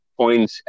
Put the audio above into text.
points